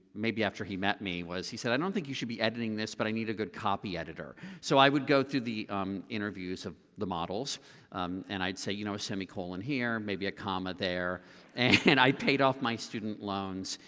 maybe after he met me he said i don't think you should be editing this but i need a good copy editor so i would go through the interviews of the models and i would say you know a semicolon here, maybe a comma there and i paid off my student loans,